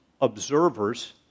observers